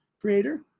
Creator